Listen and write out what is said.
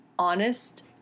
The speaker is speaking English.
honest